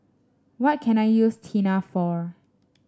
what can I use Tena for